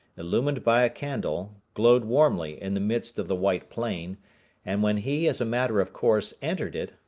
illumined by a candle, glowed warmly in the midst of the white plain and when he, as a matter of course, entered it,